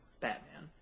Batman